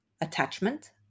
attachment